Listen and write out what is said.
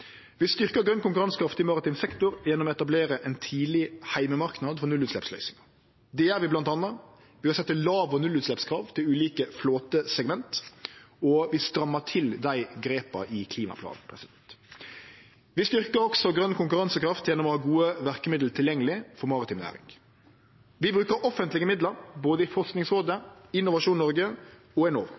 Vi styrkjer grøn konkurransekraft i maritim sektor gjennom å etablere ein tidleg heimemarknad for nullutsleppsløysingar. Det gjer vi bl.a. ved å setje låg- og nullutsleppskrav til ulike flåtesegment, og vi strammar til dei grepa i klimaplanen. Vi styrkjer også grøn konkurransekraft gjennom å ha gode verkemiddel tilgjengelege for maritim næring. Vi brukar offentlege midlar i Forskingsrådet, Innovasjon Norge og